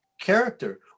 character